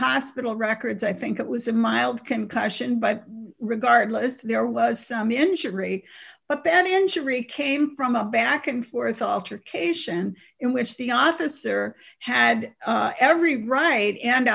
hospital records i think it was a mild concussion but regardless there was some injury but then injury came from a back and forth alter cation in which the officer had every right and